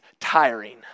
tiring